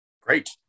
great